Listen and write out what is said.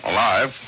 Alive